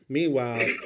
Meanwhile